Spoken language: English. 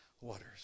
waters